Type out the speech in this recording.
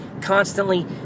constantly